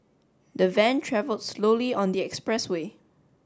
the van travelled slowly on the expressway